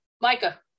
Micah